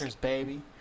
baby